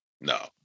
No